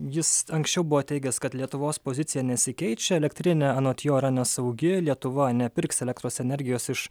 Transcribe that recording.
jis anksčiau buvo teigęs kad lietuvos pozicija nesikeičia elektrinė anot jo yra nesaugi lietuvoje nepirks elektros energijos iš